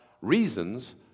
reasons